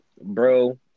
bro